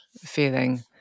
feeling